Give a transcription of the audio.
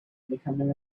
becoming